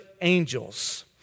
angels